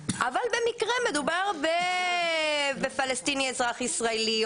אבל במקרה מדובר בפלסטיני אזרח ישראלי,